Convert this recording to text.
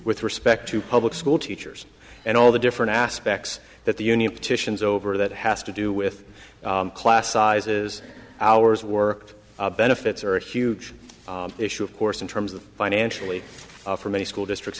with respect to public school teachers and all the different aspects that the union petitions over that has to do with class sizes hours work benefits are a huge issue of course in terms of financially from a school district